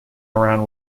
around